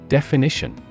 Definition